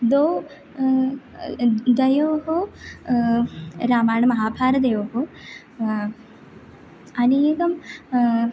द्वौ द्वयोः रामायणमहाभारतयोः अनेकं